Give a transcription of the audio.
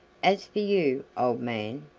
as for you, old man,